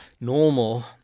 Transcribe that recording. normal